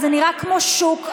זה נראה כמו שוק.